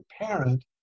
parent